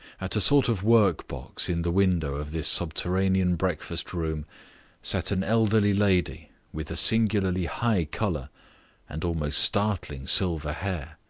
at a sort of workbox in the window of this subterranean breakfast-room sat an elderly lady with a singularly high colour and almost startling silver hair.